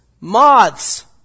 Moths